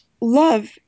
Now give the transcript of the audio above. Love